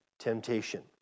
temptation